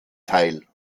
teil